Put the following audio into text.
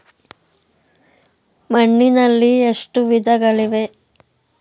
ಮಣ್ಣಿನಲ್ಲಿ ಎಷ್ಟು ವಿಧಗಳಿವೆ?